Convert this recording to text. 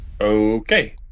Okay